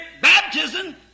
baptism